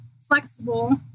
flexible